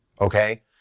Okay